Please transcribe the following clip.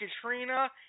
Katrina